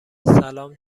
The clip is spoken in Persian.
سلام